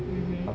mmhmm